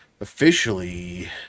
officially